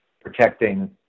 protecting